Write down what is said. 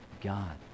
God